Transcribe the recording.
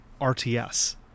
RTS